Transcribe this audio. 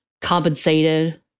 compensated